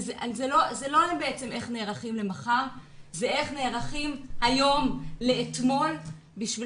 זה בעצם לא איך נערכים למחר אלא איך נערכים היום לאתמול כדי